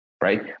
right